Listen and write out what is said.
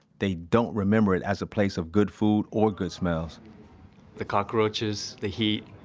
they don't remember it as a place of good food or good smells the cockroaches, the heat,